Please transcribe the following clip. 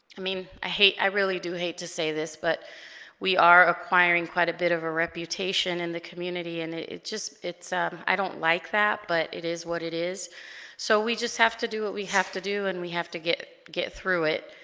i mean i hate i really do hate to say this but we are acquiring quite a bit of a reputation in the community and it it just it's i don't like that but it is what it is so we just have to do what we have to do and we have to get get through it